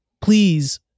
please